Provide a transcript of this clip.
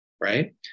right